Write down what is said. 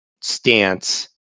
stance